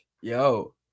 Yo